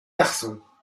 garçons